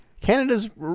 Canada's